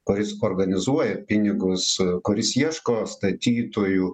kuris organizuoja pinigus kuris ieško statytojų